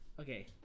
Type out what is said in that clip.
Okay